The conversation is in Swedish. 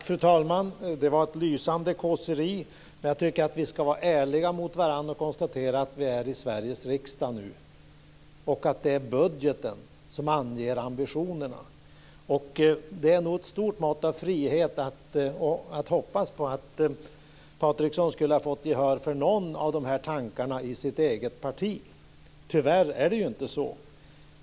Fru talman! Det var ett lysande kåseri. Men jag tycker att vi ska vara ärliga mot varandra och konstatera att vi är i Sveriges riksdag nu och att det är budgeten som anger ambitionerna. Det är nog ett stort mått av frihet att hoppas på att Patriksson skulle ha fått gehör för någon av dessa tankar i sitt eget parti. Tyvärr är det ju inte så.